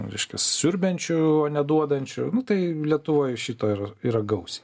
reiškias siurbiančiu o neduodančiu nu tai lietuvoj šito yra yra gausiai